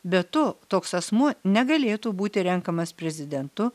be to toks asmuo negalėtų būti renkamas prezidentu